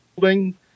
building